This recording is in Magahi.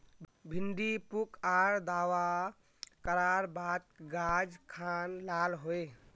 भिन्डी पुक आर दावा करार बात गाज खान लाल होए?